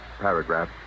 paragraph